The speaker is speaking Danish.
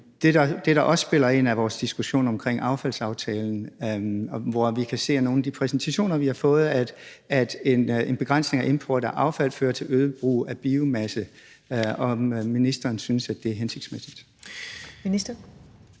det, der også spiller ind, er vores diskussion omkring affaldsaftalen, hvor vi kan se af nogle af de præsentationer, vi har fået, at en begrænsning af import af affald fører til øget brug af biomasse. Synes ministeren, at det er hensigtsmæssigt?